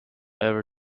ever